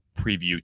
preview